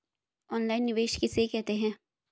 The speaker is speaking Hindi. ऑनलाइन निवेश किसे कहते हैं?